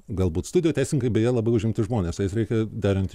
galbūt studijoj teisininkai beje labai užimti žmones su jais reikia derinti